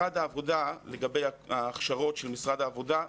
לגבי ההכשרות של משרד העבודה,